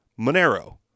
Monero